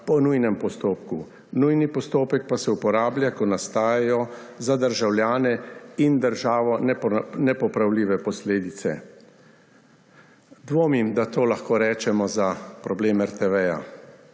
po nujnem postopku. Nujni postopek pa se uporablja, ko nastajajo za državljane in državo nepopravljive posledice. Dvomim, da to lahko rečemo za problem RTV.